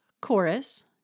chorus